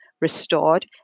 restored